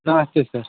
हाँ ठीक है